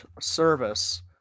service